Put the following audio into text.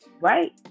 right